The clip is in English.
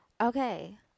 Okay